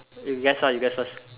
you guess ah you guess first